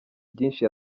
byinshi